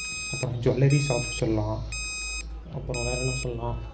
அப்புறம் jewellery shops சொல்லலாம் அப்புறம் வேறு என்ன சொல்லலாம்